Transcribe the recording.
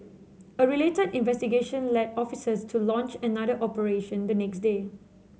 a related investigation led officers to launch another operation the next day